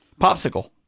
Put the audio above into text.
popsicle